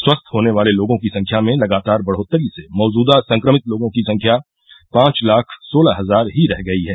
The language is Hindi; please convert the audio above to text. स्वस्थ होने वाले लोगों की संख्या में लगातार बढोतरी से मौजूदा संक्रमित लोगों की संख्या पांच लाख सोलह हजार ही रह गई है